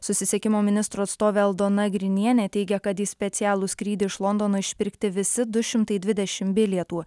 susisiekimo ministro atstovė aldona grinienė teigia kad į specialų skrydį iš londono išpirkti visi du šimtai dvidešimt bilietų